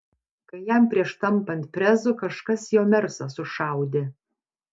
kai jam prieš tampant prezu kažkas jo mersą sušaudė